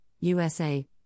USA